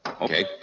Okay